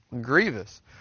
grievous